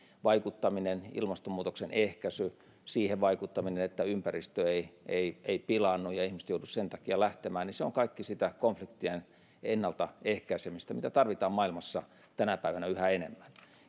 ilmastonmuutoksen ehkäisy siihen vaikuttaminen että ympäristö ei ei pilaannu ja ihmiset joudu sen takia lähtemään on kaikki sitä konfliktien ennalta ehkäisemistä mitä tarvitaan maailmassa tänä päivänä yhä enemmän